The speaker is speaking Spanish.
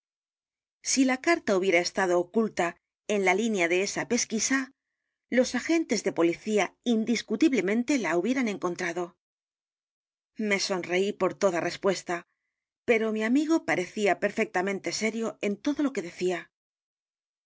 si la carta hubiera estado oculta en la línea de esa pesquisa los agentes de policía indiscutiblemente la hubieran encontrado me sonreí por toda respuesta pero mi amigo p a r e cía perfectamente serio en todo lo que decía